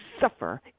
suffer